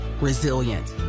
resilient